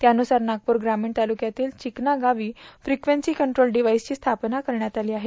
त्यानुसार नागपूर ग्रामीण तालुक्यातील चिकना गावी फ्रिक्वेन्सी कंट्रोल डिव्हाइसची स्थापना करण्यात आली आहे